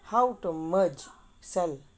how to merge cell